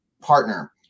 partner